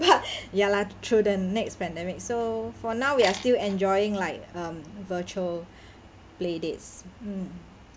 ya lah through the next pandemic so for now we are still enjoying like um virtual play dates mm